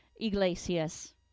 Iglesias